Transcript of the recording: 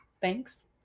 Thanks